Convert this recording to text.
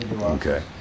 okay